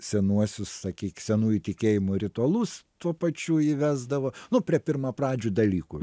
senuosius sakyk senųjų tikėjimų ritualus tuo pačiu įvesdavo nu prie pirmapradžių dalykų